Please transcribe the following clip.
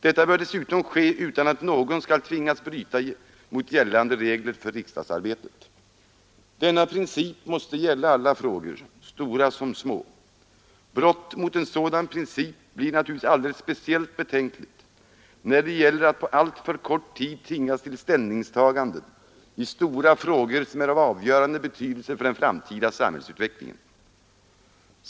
Detta bör dessutom ske utan att någon skall tvingas bryta mot gällande regler för riksdagsarbetet. Denna princip måste gälla alla frågor — stora som små. Brott mot en sådan princip blir naturligtvis alldeles speciellt betänkligt när det gäller att på alltför kort tid tvingas till ställningstaganden i stora frågor som är av avgörande betydelse för den framtida samhällsutvecklingen.